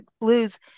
blues